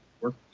work